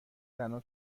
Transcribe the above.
زنها